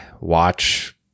watch